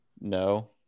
no